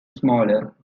smaller